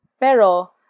Pero